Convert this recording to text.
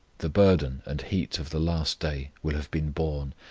the burden and heat of the last day will have been borne,